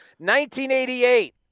1988